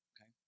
Okay